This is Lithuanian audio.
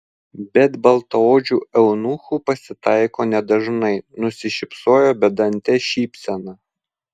bet baltaodžių eunuchų pasitaiko nedažnai nusišypsojo bedante šypsena